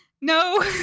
No